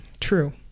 True